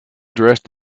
dressed